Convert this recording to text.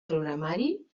programari